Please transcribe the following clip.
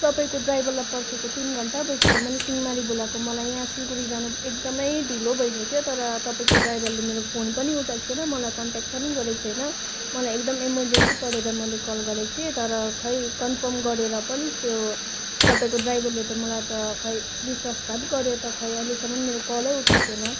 तपाईँको ड्राइभरलाई पर्खेको तिन घन्टा भइसक्यो मैले सिँहमारी बोलाएको मलाई यहाँ सिलगडी जान एकदमै ढिलो भइसक्यो तर तपाईँको ड्राइभरले फोन पनि उठाएको छैन मलाई कन्ट्याक्ट पनि गरेको छैन मलाई एकदमै एमरजेन्सी परेर मैले कल गरेको थिएँ तर खोइ कनफर्म गरेर पनि त्यो तपाईँको ड्राइभरले त मलाई त खोइ विश्वासघात गऱ्यो त खोइ अहिलेसम्म मेरो कलै उठाएको छैन